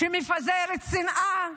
שמפזרת שנאה,